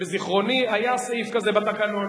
שבזיכרוני היה סעיף כזה בתקנון,